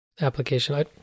application